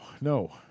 No